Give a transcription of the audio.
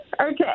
Okay